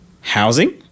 Housing